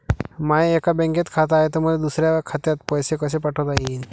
माय एका बँकेत खात हाय, त मले दुसऱ्या खात्यात पैसे कसे पाठवता येईन?